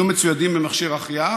יהיה מצויד במכשיר החייאה,